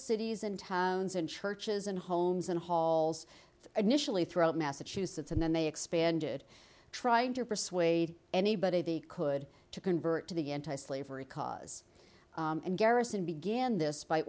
cities and towns and churches and homes and halls initially throughout massachusetts and then they expanded trying to persuade anybody they could to convert to the anti slavery cause and garrison began